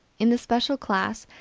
in the special class,